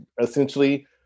essentially